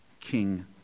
king